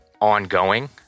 ongoing